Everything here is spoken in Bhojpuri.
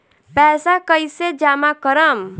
पैसा कईसे जामा करम?